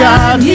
God